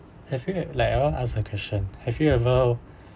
have you like I want to ask a question have you ever